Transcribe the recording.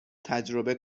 تجربه